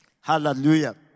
Hallelujah